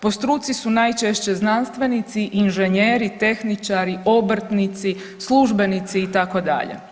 Po struci su najčešće znanstvenici, inženjeri, tehničari, obrtnici, službenici itd.